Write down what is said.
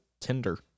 Tinder